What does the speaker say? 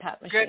Good